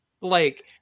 Like-